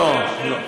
לא, לא.